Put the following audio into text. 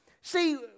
See